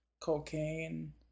cocaine